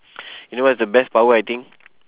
you know what's the best power I think